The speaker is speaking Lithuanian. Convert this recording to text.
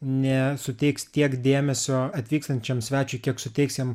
nesuteiks tiek dėmesio atvykstančiam svečiui kiek suteiks jam